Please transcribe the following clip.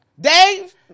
Dave